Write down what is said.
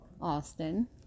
Austin